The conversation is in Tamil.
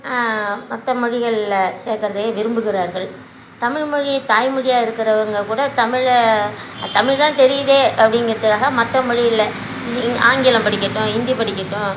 மற்ற மொழிகளில் சேக்கிறதையே விரும்புகிறார்கள் தமிழ்மொழியை தாய் மொழியாக இருக்கிறவங்க கூட தமிழை தமிழ் தான் தெரியுதே அப்படிங்கிறதுக்காக மற்ற மொழிகளை ஆங்கிலம் படிக்கட்டும் ஹிந்தி படிக்கட்டும்